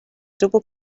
double